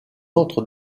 autre